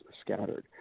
scattered